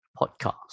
podcast